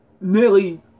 nearly